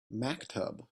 maktub